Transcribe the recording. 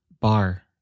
Bar